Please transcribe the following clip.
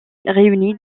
réunit